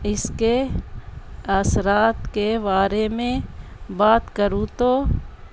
اس کے اثرات کے بارے میں بات کروں تو